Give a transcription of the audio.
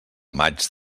maig